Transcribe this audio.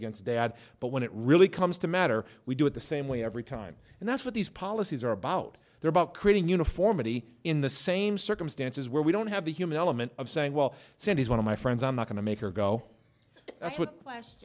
against dad but when it really comes to matter we do it the same way every time and that's what these policies are about they're about creating uniformity in the same circumstances where we don't have the human element of saying well cindy is one of my friends i'm not going to make her go